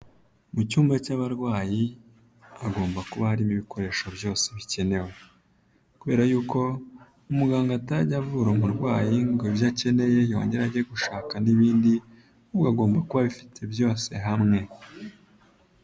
Mu cyumba cy'abarwayi, hagomba kuba harimo ibikoresho byose bikenewe. Kubera yuko umuganga atajya avura umurwayi, ngo ibyo akeneye yongere ajye gushaka n'ibindi, ahubwo agomba kuba abifite byose hamwe.